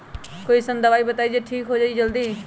कोई अईसन दवाई बताई जे से ठीक हो जई जल्दी?